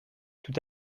tout